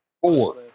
Four